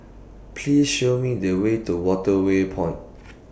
Please Show Me The Way to Waterway Point